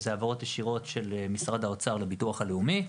העברות ישירות של משרד האוצר לביטוח לאומי.